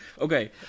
Okay